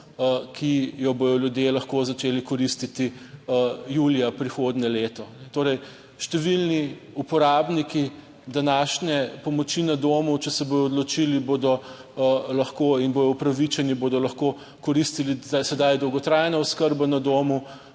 ki jo bodo ljudje lahko začeli koristiti julija prihodnje leto. Torej, številni uporabniki današnje pomoči na domu, če se bodo odločili, bodo lahko in bodo upravičeni, bodo lahko koristili sedaj dolgotrajno oskrbo na domu,